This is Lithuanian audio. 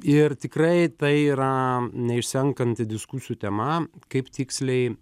ir tikrai tai yra neišsenkanti diskusijų tema kaip tiksliai